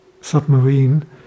submarine